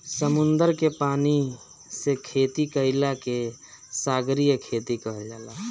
समुंदर के पानी से खेती कईला के सागरीय खेती कहल जाला